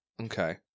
Okay